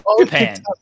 Japan